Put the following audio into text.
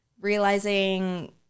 realizing